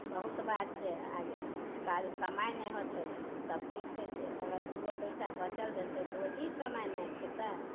बहुत बात छै आगे काल्हि कमाइ नहि होयतै तब कि खयतै अगर दुगो पैसा बचल रहतै तऽ ओहि कमाइ ने खयतै